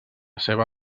seva